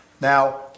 Now